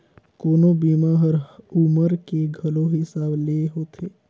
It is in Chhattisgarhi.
कोनो बीमा हर उमर के घलो हिसाब ले होथे